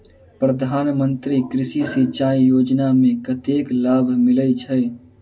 प्रधान मंत्री कृषि सिंचाई योजना मे कतेक लाभ मिलय छै?